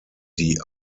die